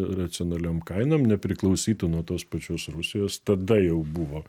racionaliom kainom nepriklausytų nuo tos pačios rusijos tada jau buvo